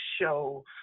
show